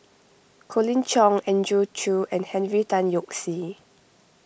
Colin Cheong Andrew Chew and Henry Tan Yoke See